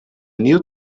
new